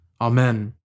Amen